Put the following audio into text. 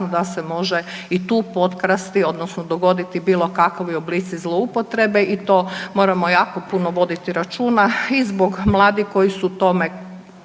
da se može i tu potkrasti odnosno dogoditi bilo kakvi oblici zloupotrebe i to moramo jako puno voditi računa i zbog mladih koji su tome,